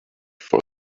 for